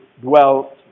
dwelt